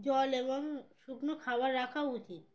জল এবং শুকনো খাবার রাখা উচিত